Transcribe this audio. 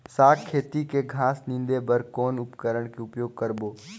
साग खेती के घास निंदे बर कौन उपकरण के उपयोग करबो?